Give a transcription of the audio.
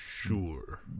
Sure